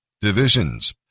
Divisions